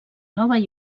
nova